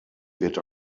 wird